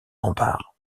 remparts